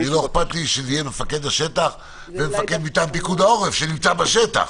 לא אכפת לי שזה יהיה מפקד השטח ומפקד מטעם פיקוד העורף שנמצא בשטח,